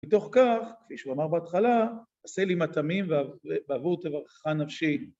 ‫מתוך כך, כפי שהוא אמר בהתחלה, ‫עשה לי מטעמים ועבור תברכה נפשית.